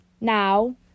now